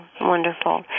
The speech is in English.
wonderful